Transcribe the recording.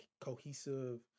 cohesive